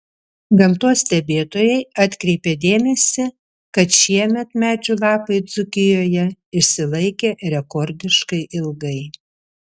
gamtos stebėtojai atkreipė dėmesį kad šiemet medžių lapai dzūkijoje išsilaikė rekordiškai ilgai